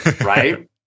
right